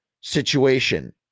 situation